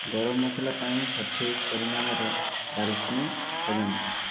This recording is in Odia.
ଗରମ ମସଲା ପାଇଁ ସଠିକ୍ ପରିମାଣର ଡାଲଚିନି ଖୋଜନ୍ତୁ